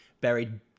buried